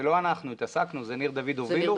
לא אנחנו עסקנו בזה אלא ניר דוד הוביל.